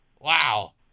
Wow